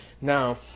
now